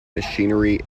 machinery